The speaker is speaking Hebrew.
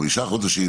חמישה חודשים,